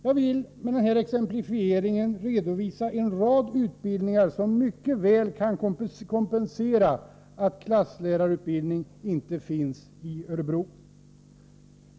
Jag har med den här exemplifieringen velat redovisa hur en rad utbildningar mycket väl kan kompensera att klasslärarutbildning inte finns i Örebro.